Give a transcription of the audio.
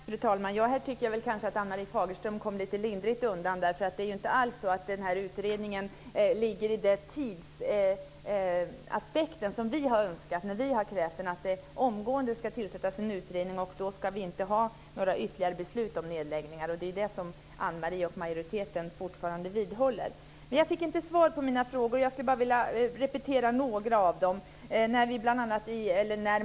Fru talman! Jag tycker väl kanske att Ann-Marie Fagerström kom lite lindrigt undan. Det är inte alls så att utredningen ligger i det tidsskede vi hade önskat. Vi har krävt att det omgående ska tillsättas en utredning, och då ska vi inte ha några ytterligare beslut om nedläggningar. Det är det som Ann-Marie och majoriteten fortfarande vidhåller. Jag fick inte svar på mina frågor. Jag skulle bara vilja repetera några av dem.